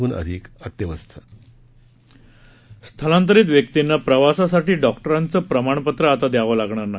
हन अधिक अत्यवस्थ स्थलांतरित व्यक्तींना प्रवासासाठी डॉक्टरांचं प्रमाणपत्र आता द्यावं लागणार नाही